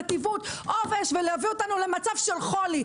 רטיבות ועובש ולהביא אותנו למצב של חולי.